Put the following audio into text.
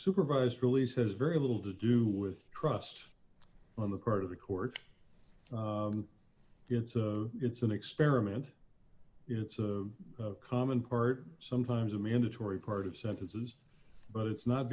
supervised release has very little to do with trust on the part of the court it's an experiment it's a common part sometimes a mandatory part of sentences but it's not